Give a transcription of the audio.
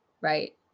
right